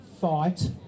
fight